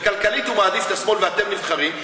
וכלכלית הוא מעדיף את השמאל ואתם נבחרים,